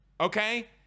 okay